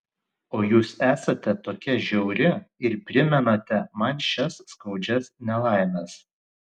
o jūs esate tokia žiauri ir primenate man šias skaudžias nelaimes